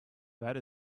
that